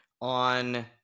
on